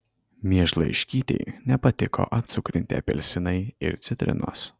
miežlaiškytei nepatiko apcukrinti apelsinai ir citrinos